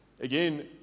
again